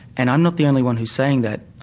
and i'm not the only one who's saying that.